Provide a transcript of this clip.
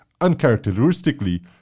uncharacteristically